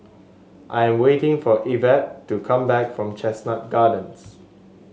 I am waiting for Evette to come back from Chestnut Gardens